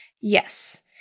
Yes